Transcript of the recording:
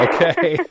Okay